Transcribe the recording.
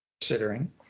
considering